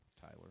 Tyler